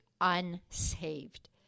unsaved